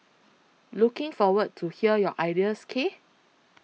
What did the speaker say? looking forward to hear your ideas K